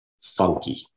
Funky